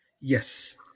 Yes